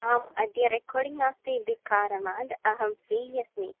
अहम् अद्य रेकोर्डिङ्ग् नास्ति इति कारणाद् अहं फ़्री अस्मि